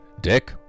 Dick